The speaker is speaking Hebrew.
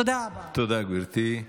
תודה רבה.